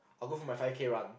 I'll go for my five K run